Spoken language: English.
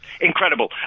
Incredible